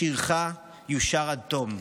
שירך יושר עד תום".